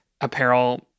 apparel